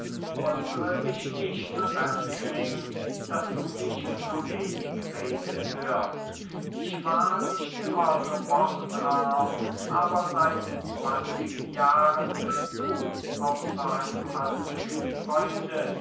wundre dich nicht fremdling daß du mich so wenig reden hörst ich war nicht immer so wortarm aber seit zwanzig jahren bist du außer einem alten freunde